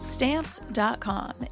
stamps.com